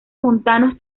montanos